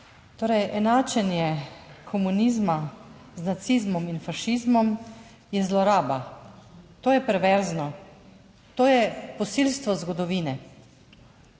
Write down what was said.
Torej, enačenje komunizma z nacizmom in fašizmom je zloraba. To je perverzno. To je posilstvo zgodovine.